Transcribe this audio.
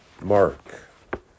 Mark